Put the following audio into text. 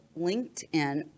linkedin